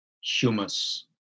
humus